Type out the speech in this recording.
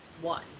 one